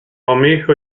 amico